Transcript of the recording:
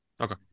Okay